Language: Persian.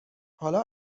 حالا